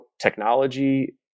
technology